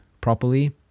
properly